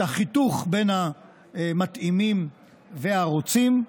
את החיתוך בין המתאימים והרוצים.